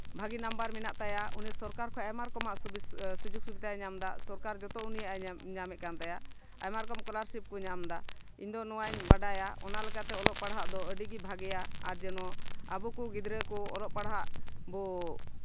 ᱵᱷᱟᱹᱜᱤ ᱱᱟᱢᱵᱟᱨ ᱢᱮᱱᱟᱜ ᱛᱟᱭᱟ ᱩᱱᱤ ᱥᱚᱨᱠᱟᱨ ᱠᱷᱚᱱ ᱟᱭᱢᱟ ᱨᱚᱠᱚᱢᱟᱜ ᱥᱩᱵᱤᱥ ᱟᱭᱢᱟ ᱨᱚᱠᱚᱢᱟᱜ ᱥᱩᱡᱳᱜᱽ ᱥᱩᱵᱤᱫᱷᱟᱭ ᱧᱟᱢᱫᱟ ᱥᱚᱨᱠᱟᱨ ᱡᱚᱛᱚ ᱩᱱᱤᱭᱟᱜ ᱧᱟᱢᱮᱜ ᱠᱟᱱ ᱛᱟᱭᱟ ᱟᱭᱢᱟ ᱨᱚᱠᱚᱢ ᱠᱚᱞᱟᱨᱥᱤᱯ ᱠᱚ ᱧᱟᱢᱫᱟ ᱤᱧᱫᱚ ᱱᱚᱣᱟᱧ ᱵᱟᱰᱟᱭᱟ ᱚᱱᱟ ᱞᱮᱠᱟᱛᱮ ᱚᱞᱚᱜ ᱯᱟᱲᱦᱟᱜ ᱫᱚ ᱟᱹᱰᱤᱜᱮ ᱵᱷᱟᱜᱮᱭᱟ ᱟᱨ ᱡᱮᱱᱚ ᱟᱵᱚ ᱠᱚ ᱜᱤᱫᱽᱨᱟᱹ ᱡᱤ ᱚᱠᱚᱜ ᱯᱟᱲᱦᱟᱜ ᱵᱚ